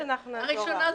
הראשונה,